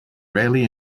rarely